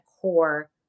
core